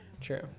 true